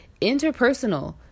Interpersonal